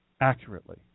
accurately